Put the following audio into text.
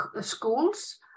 schools